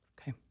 Okay